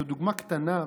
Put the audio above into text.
זאת דוגמה קטנה,